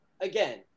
again